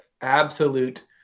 absolute